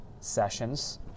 sessions